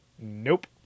Nope